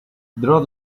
draw